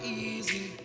easy